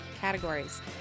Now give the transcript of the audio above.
categories